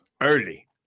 early